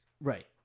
Right